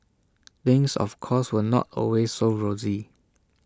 things of course were not always as rosy